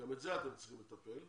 גם בזה אתם צריכים לטפל,